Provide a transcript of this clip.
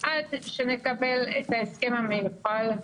עד שנקבל את ההסכם המיוחל.